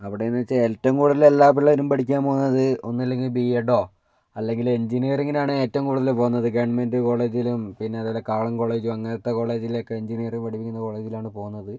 അവിടെന്ന് വെച്ചാൽ എറ്റവും കൂടുതൽ എല്ലാ പിള്ളേരും പഠിക്കാൻ പോന്നത് ഒന്നുമില്ലെങ്കിൽ ബിഎഡോ അല്ലെങ്കിൽ എഞ്ചിനീയറിംഗിനാണ് എറ്റോം കൂടുതൽ പോകുന്നത് ഗെവൺമെന്റ് കോളേജിലും പിന്നെ അതേപോലെ കാളന് കോളേജു അങ്ങനത്തെ കോളേജിലൊക്കെ എഞ്ചിനീയറിംഗ് പഠിപ്പിക്കുന്ന കോളേജിലാണ് പോകുന്നത്